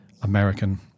American